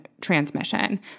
transmission